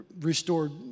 restored